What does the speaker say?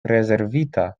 rezervita